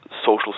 social